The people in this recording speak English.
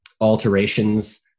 alterations